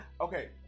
Okay